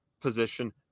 position